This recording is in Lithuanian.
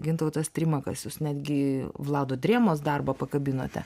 gintautas trimakas jūs netgi vlado drėmos darbą pakabinote